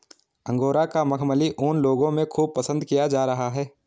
angora का मखमली ऊन लोगों में खूब पसंद किया जा रहा है